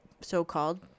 so-called